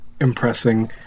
impressing